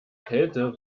kälte